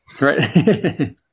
Right